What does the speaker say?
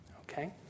Okay